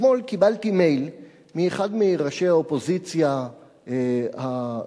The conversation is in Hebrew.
אתמול קיבלתי מייל מאחד מראשי האופוזיציה בירדן,